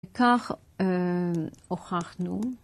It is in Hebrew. כך הוכחנו.